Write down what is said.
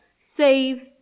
save